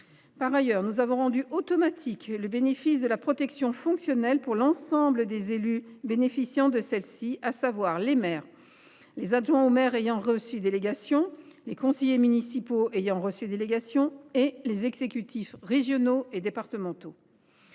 Par ailleurs, nous avons rendu automatique le bénéfice de la protection fonctionnelle pour l’ensemble des élus, à savoir les maires, les adjoints au maire et les conseillers municipaux ayant reçu délégation, ainsi que les exécutifs régionaux et départementaux.